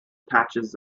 patches